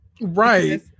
Right